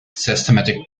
systematic